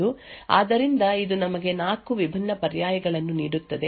ಆದ್ದರಿಂದ ಇದು ನಮಗೆ ನಾಲ್ಕು ವಿಭಿನ್ನ ಪರ್ಯಾಯಗಳನ್ನು ನೀಡುತ್ತದೆ